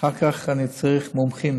אחר כך אני צריך מומחים,